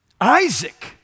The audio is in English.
Isaac